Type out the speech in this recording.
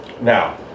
now